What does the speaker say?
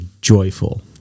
joyful